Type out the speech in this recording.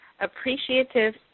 Appreciative